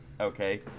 okay